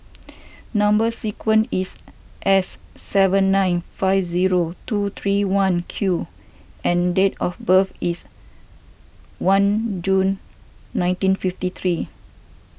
Number Sequence is S seven nine five zero two three one Q and date of birth is one June nineteen fifty three